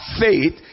faith